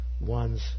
one's